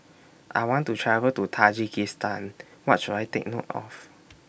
I want to travel to Tajikistan What should I Take note of